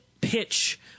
pitch